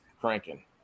cranking